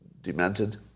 demented